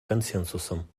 консенсусом